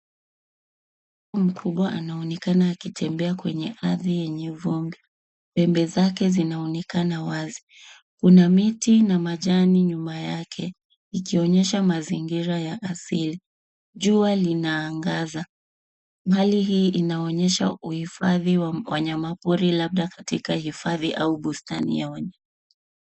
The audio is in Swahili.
Mkubwa anaonekana akitembea kwenye ardhi yenye vumbi. Pembe zake zinaonekana wazi. Kuna miti na majani nyuma yake ikionyesha mazingira ya asili. Jua linaangaza. Hali hii inaonyesha uhifadhi wa wanyama pori labda katika hifadhi au bustani ya wanyama.